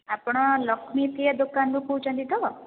ଆପଣ ଲକ୍ଷ୍ମୀପ୍ରିୟା ଦୋକାନରୁ କହୁଛନ୍ତି ତ